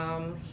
mm